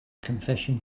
confession